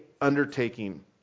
undertaking